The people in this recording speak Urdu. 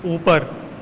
اوپر